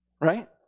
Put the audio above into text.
Right